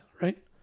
right